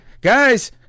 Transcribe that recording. guys